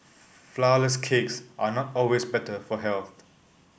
flourless cakes are not always better for health